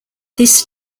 this